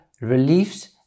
reliefs